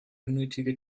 unnötige